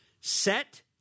set